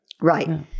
Right